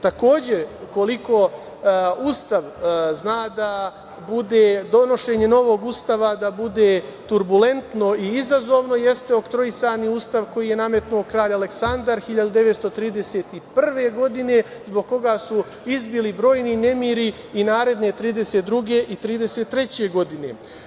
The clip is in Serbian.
Takođe, koliko donošenje novog Ustava zna da bude turbulentno i izazovno, jeste Oktroisani ustav, koji je nametnuo kralj Aleksandar 1931. godine, zbog koga su izbili brojni nemiri i naredne 1932. i 1933. godine.